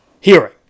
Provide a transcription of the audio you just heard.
hearing